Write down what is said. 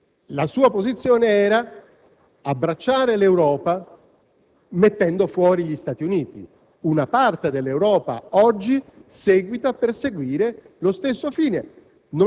eurasico sono gravi e importanti perché mostrano anche un problema strategico - che lei, signor Ministro, conosce bene - tra le due vocazioni dell'Europa: quella